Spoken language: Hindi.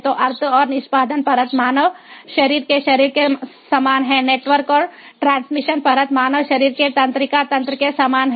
तो अर्थ और निष्पादन परत मानव शरीर के शरीर के समान है नेटवर्क और ट्रांसमिशन परत मानव शरीर के तंत्रिका तंत्र के समान है